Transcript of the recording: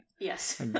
Yes